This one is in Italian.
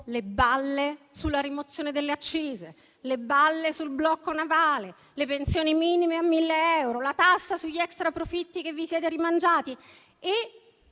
le balle sulla rimozione delle accise, sul blocco navale, sulle pensioni minime a mille euro e sulla tassa sugli extraprofitti che vi siete rimangiati.